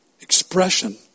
expression